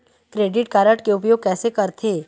Credit card के उपयोग कैसे करथे?